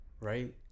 right